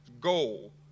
goal